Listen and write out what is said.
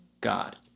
God